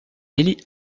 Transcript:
élie